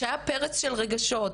שהיה פרץ של רגשות,